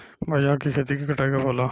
बजरा के खेती के कटाई कब होला?